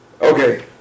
Okay